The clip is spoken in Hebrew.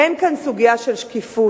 אין כאן סוגיה של שקיפות,